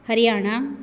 Haryana